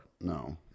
no